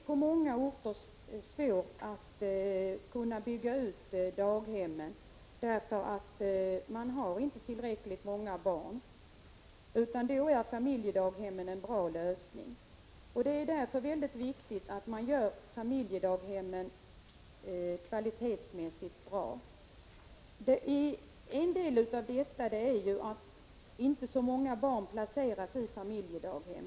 På många orter är det svårt att bygga ut daghemmen därför att där inte finns tillräckligt många barn. Då är familjedaghemmen en bra lösning. Det är därför viktigt att familjedaghemmen görs kvalitativt bra. Alltför många barn bör inte placeras ut i samma familjedaghem.